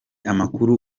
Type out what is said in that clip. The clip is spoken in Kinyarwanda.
amakuru